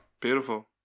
beautiful